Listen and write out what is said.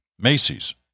Macy's